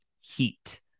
heat